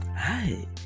Hi